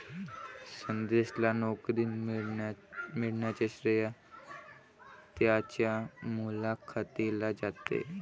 सुदेशला नोकरी मिळण्याचे श्रेय त्याच्या मुलाखतीला जाते